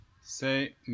Say